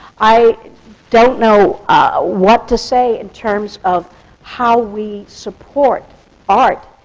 i don't know what to say, in terms of how we support art